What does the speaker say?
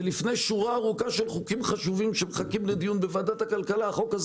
ולפני שורה ארוכה של חוקים חשובים שמחכים לדיון בוועדת הכלכלה החוק הזה